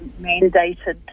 mandated